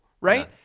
right